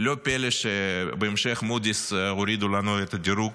לא פלא שבהמשך מודי'ס הורידו לנו את הדירוג